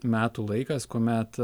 metų laikas kuomet